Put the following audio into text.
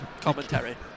commentary